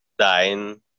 dying